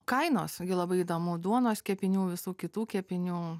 kainos labai įdomu duonos kepinių visų kitų kepinių